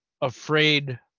afraid